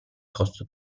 costo